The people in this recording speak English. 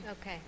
Okay